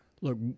look